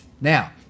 Now